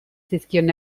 zizkion